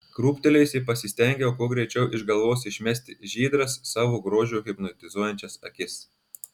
krūptelėjusi pasistengiau kuo greičiau iš galvos išmesti žydras savo grožiu hipnotizuojančias akis